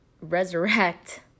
resurrect